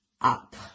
up